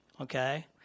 okay